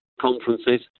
conferences